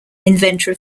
inventor